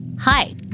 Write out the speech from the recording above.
Hi